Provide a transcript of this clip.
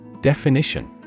Definition